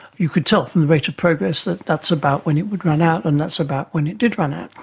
you could tell from the rate of progress that that's about when it would run out and that's about when it did run out.